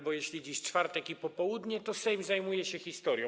Bo jeśli dziś czwartek i popołudnie, to Sejm zajmuje się historią.